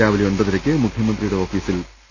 രാവിലെ ഒൻപതരയ്ക്ക് മുഖ്യ മന്ത്രിയുടെ ഓഫീസിൽ പി